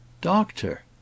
Doctor